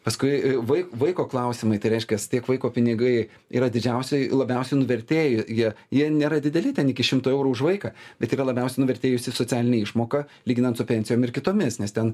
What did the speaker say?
paskui vaik vaiko klausimai tai reiškias tiek vaiko pinigai yra didžiausiai labiausiai nuvertėję jie nėra dideli ten iki šimto eurų už vaiką bet yra labiausiai nuvertėjusi socialinė išmoka lyginant su pensijom ir kitomis nes ten